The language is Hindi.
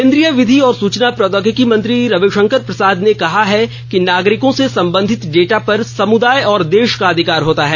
केन्द्रीय विधि और सूचना प्रौद्योगिकी मंत्री रविशंकर प्रसाद ने कहा है कि नागरिकों से संबंधित डेटा पर समुदाय और देश का अधिकार होता है